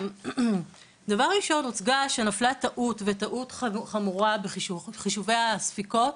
דבר ראשון הוצג שנפלה טעות וטעות חמורה בחישובי הספיקות